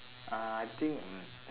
uh I think mm